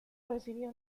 recibió